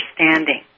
understanding